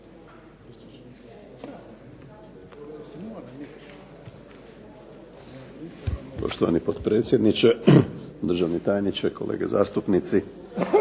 Poštovani potpredsjedniče, državni tajniče, kolege zastupnici.